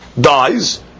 dies